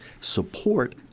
support